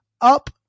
up